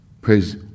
Praise